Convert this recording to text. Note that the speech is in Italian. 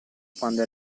quando